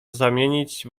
zamienić